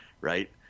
right